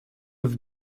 have